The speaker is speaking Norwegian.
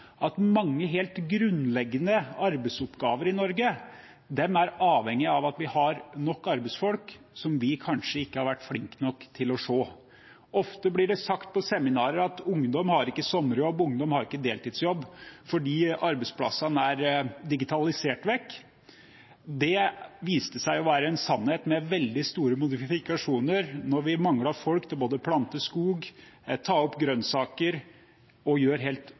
at mange helt grunnleggende arbeidsoppgaver i Norge er avhengig av at vi har nok arbeidsfolk, noe vi kanskje ikke har vært flinke nok til å se. Ofte blir det sagt på seminarer at ungdom ikke har sommerjobb, og at de ikke har deltidsjobb, fordi arbeidsplassene er digitalisert vekk. Det viste seg å være en sannhet med veldig store modifikasjoner da vi manglet folk til å både plante skog, ta opp grønnsaker og gjøre helt